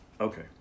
Okay